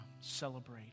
celebrate